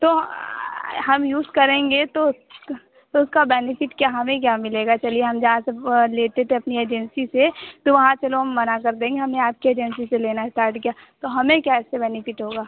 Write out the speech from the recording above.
तो हम यूज़ करेंगे तो उसका तो उसका बेनेफ़िट क्या हमें क्या मिलेगा चलिए हम जहाँ से लेते थे अपनी एजेन्सी से तो वहाँ चलो हम मना कर देंगे हमने आपकी एजेन्सी से लेना इस्टार्ट किया तो हमें क्या इससे बेनेफ़िट होगा